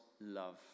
love